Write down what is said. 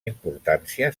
importància